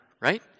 right